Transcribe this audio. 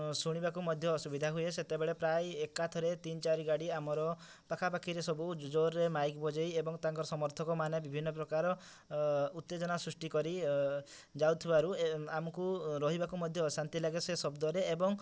ଶୁଣିବାକୁ ମଧ୍ୟ ଅସୁବିଧା ହୁଏ ସେତେବେଳେ ପ୍ରାୟ ଏକା ଥରେ ତିନି ଚାରି ଗାଡ଼ି ଆମର ପାଖାପାଖିରେ ସବୁ ଜୋରରେ ମାଇକ୍ ବଜାଇ ଏବଂ ତାଙ୍କର ସମର୍ଥକମାନେ ବିଭିନ୍ନ ପ୍ରକାର ଉତ୍ତେଜନା ସୃଷ୍ଟି କରି ଯାଉଥିବାରୁ ଆମକୁ ରହିବାକୁ ମଧ୍ୟ ଅଶାନ୍ତି ଲାଗେ ସେ ଶବ୍ଦରେ ଏବଂ